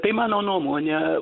tai mano nuomonė